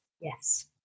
yes